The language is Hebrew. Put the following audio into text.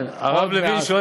הרב לוין,